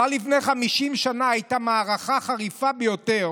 כבר לפני 50 שנה הייתה מערכה חריפה ביותר